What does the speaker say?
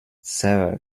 sara